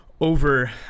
over